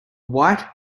white